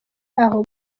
aho